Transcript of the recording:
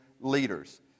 leaders